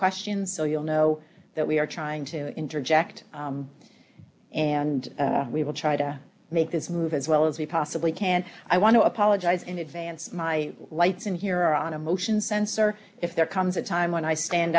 questions so you'll know that we are trying to interject and we will try to make this move as well as we possibly can i want to apologize in advance my lights in here on a motion sensor if there comes a time when i stand